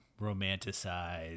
romanticize